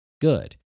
good